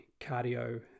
cardio